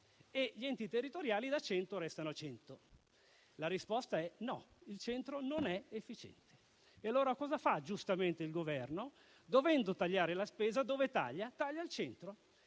e gli enti territoriali da 100 restano a 100? La risposta è no: il centro non è efficiente. Cosa fa allora - giustamente - il Governo? Dovendo tagliare la spesa, dove la taglia? Al centro: